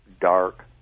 dark